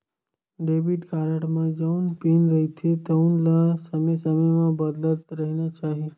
debit card म जउन pin रहिथे तउन ल समे समे म बदलत रहिना चाही